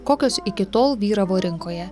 kokios iki tol vyravo rinkoje